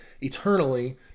eternally